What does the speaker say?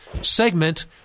segment